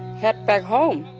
had back home.